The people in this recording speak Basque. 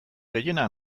gehiena